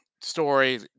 story